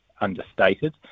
understated